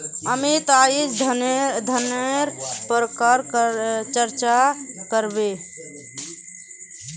अमित अईज धनन्नेर प्रकारेर चर्चा कर बे